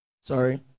sorry